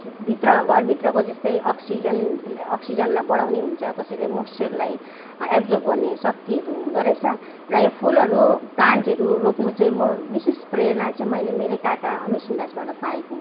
भित्र घरभित्रको जस्तै अक्सिजन अक्सिजनलाई बढाउने हुन्छ कसैले मोक्सचरलाई एब्जर्ब गर्ने शक्तिहरू हुँदोरहेछ र यो फुलहरू प्लान्टहरू रोप्नु चाहिँ म विशेष प्रेरणा चाहिँ मैले मेरै काका अमीर सुन्दासबाट पाएको हो